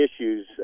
issues